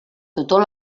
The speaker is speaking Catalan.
tutor